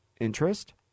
interest